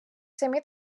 самі